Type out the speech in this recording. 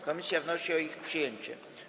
Komisja wnosi o ich przyjęcie.